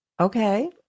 Okay